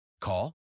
Call